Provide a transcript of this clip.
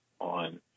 on